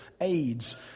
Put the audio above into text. AIDS